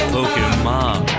Pokemon